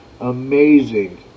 amazing